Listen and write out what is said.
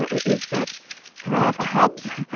ah is that craft hubs?